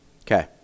Okay